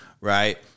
right –